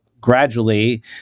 gradually